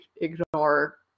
ignore